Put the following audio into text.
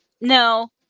No